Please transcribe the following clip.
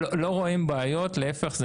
לא רואים בעיות, להיפך.